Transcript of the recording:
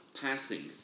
passing